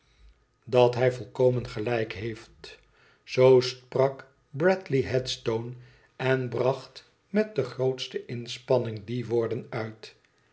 dat hij volkomen gelijk heeft zoo sprak bradley headstone en bracht met de grootste inspanning die woorden uit